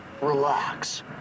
Relax